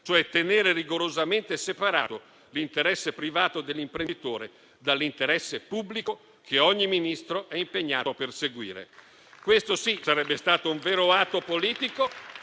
cioè tenere rigorosamente separato l'interesse privato dell'imprenditore da quello pubblico che ogni Ministro è impegnato a perseguire. Questo sì, sarebbe stato un vero atto politico,